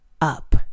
up